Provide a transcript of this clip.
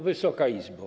Wysoka Izbo!